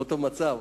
באותו מצב.